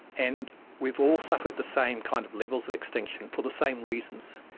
and we've all suffered the same kind of levels of extinction for the same reasons.